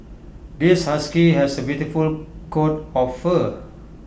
this husky has A beautiful coat of fur